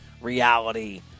reality